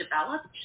developed